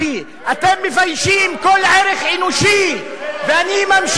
חבר הכנסת נסים זאב, נא לצאת.